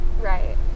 Right